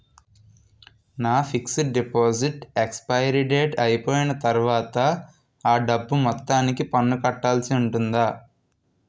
నా fixed deposit expiry date అయిపోయిన తర్వాత అ డబ్బు మొత్తానికి పన్ను కట్టాల్సి ఉంటుందా?